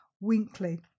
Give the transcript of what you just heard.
Winkley